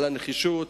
על הנחישות.